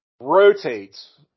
rotates